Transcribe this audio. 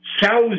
thousands